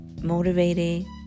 motivated